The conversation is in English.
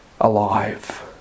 alive